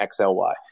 XLY